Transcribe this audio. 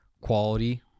quality